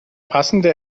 passende